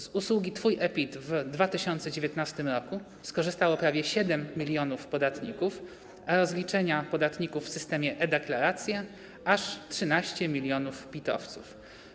Z usługi Twój e-PIT w 2019 r. skorzystało prawie 7 mln podatników, a z rozliczenia podatników w systemie e-Deklaracja - aż 13 mln PIT-owców.